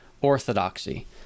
orthodoxy